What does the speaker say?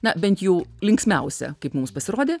na bent jau linksmiausią kaip mums pasirodė